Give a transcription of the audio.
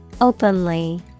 Openly